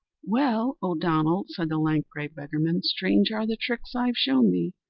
well, o'donnell, said the lank, grey beggarman, strange are the tricks i've shown thee,